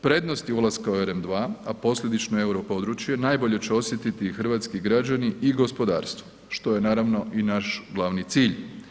Prednosti ulaska u EREM2, a posljedično i europodručje, najbolje će osjetiti hrvatski građani i gospodarstvo, što je naravno i naš glavni cilj.